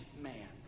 man